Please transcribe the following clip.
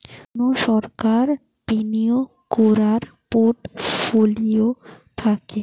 কুনো সংস্থার বিনিয়োগ কোরার পোর্টফোলিও থাকে